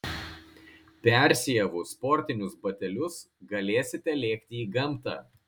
persiavus sportinius batelius galėsite lėkti į gamtą